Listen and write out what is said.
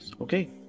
Okay